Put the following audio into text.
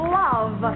love